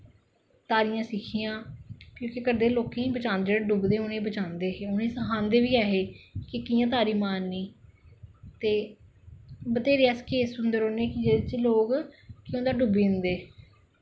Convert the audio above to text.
तारियां सिक्खियां क्योंकि ओह् केह् करदे हे लोकें गी बचांदे हे जेह्ड़े डुब्बदे हे उ'नें गी बचांदे हे उ'नें गी सखांदे बी ऐ हे कि कि'यां तारी मारनी ते बत्थेरे अस केस सुनदे रौंह्ने कि जेह्दे च लोग डुब्बी जंदे